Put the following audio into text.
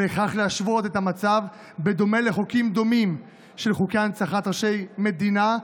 וכך להשוות את המצב בדומה לחוקים דומים של הנצחת ראשי מדינה,